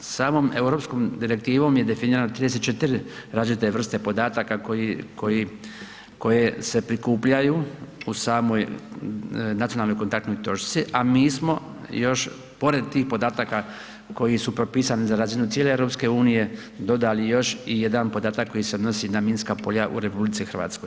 Samom europskom direktivom je definirano 34 različite vrste podataka koji se prikupljaju u samoj nacionalnoj kontaktnoj točci a mi smo još pored tih podataka koji su propisani za razinu cijele EU, dodali još i jedan podatak koji se odnosi na minska polja u RH.